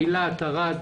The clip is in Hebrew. אילת, ערד.